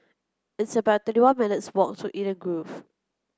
it's about thirty one minutes' walk to Eden Grove